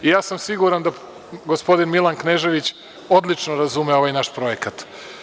Ja sam siguran da gospodin Milan Knežević odlično razume ovaj naš projekat.